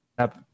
up